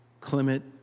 Clement